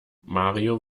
mario